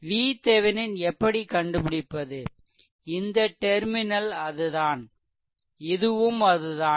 VThevenin எப்படி கண்டுபிடிப்பது இந்த டெர்மினல் அதுதான் இதுவும் அதுதான்